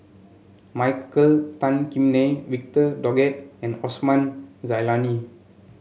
Michael Tan Kim Nei Victor Doggett and Osman Zailani